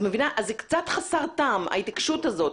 אז זה קצת חסר טעם ההתעקשות הזאת.